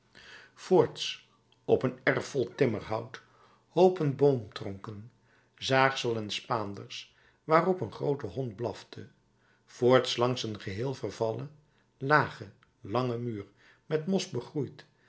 voorts op een erf vol timmerhout hoopen boomtronken zaagsel en spaanders waarop een groote hond blafte voorts langs een geheel vervallen lagen langen muur met mos begroeid